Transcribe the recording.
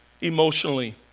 emotionally